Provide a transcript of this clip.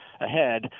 ahead